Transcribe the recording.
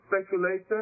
speculation